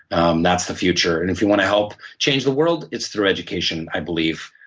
um that's the future. and if you want to help change the world, it's through education, i believe.